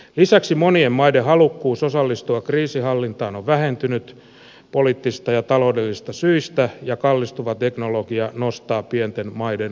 lisäksi monien maiden halukkuus osallistua kriisinhallintaan on vähentynyt poliittisista ja taloudellisista syistä ja kallistuva teknologia nostaa pienten maiden osallistumiskynnystä